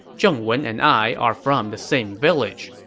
zheng wen and i are from the same village.